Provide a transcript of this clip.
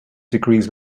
degrees